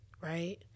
right